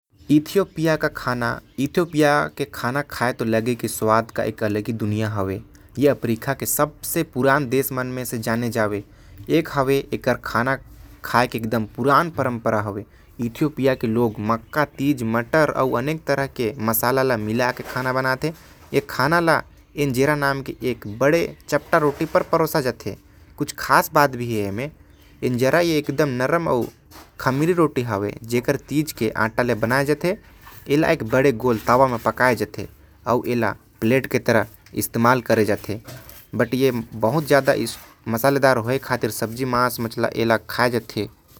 इथियोपिया के खाना के अलगे स्वाद होथे। जे हर अफ्रीका के सबसे पुरान देश म से एक हवे। यहा के लोग मन मक्का तीज मटर अउ। अनेक तरह के मसाला से बनाथे। एमन खाना अलेजरा नाम के बड़ा अउ चपटा रोटी म परोसथे। जे हर खमीर के रोटी होथे जेला पलेट जैसा इस्तेमाल करे जाथे।